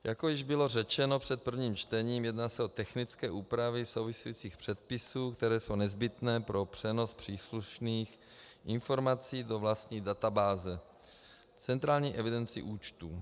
Jak již bylo řečeno před prvním čtením, jedná se o technické úpravy souvisejících předpisů, které jsou nezbytné pro přenos příslušných informací do vlastní databáze k centrální evidenci účtů.